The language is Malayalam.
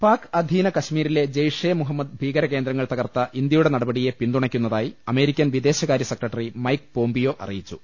പാക് അധീന കശ്മീരിലെ ജയ്ഷെ മുഹമ്മദ് ഭീകര കേന്ദ്രങ്ങൾ തകർത്ത ഇന്ത്യയുടെ നടപടിയെ പിന്തുണക്കുന്നതായി അമേരിക്കൻ വിദേശകാരൃ സെക്രട്ടറി മൈക്ക് പോംപിയോ അറിയിച്ചു